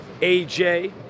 AJ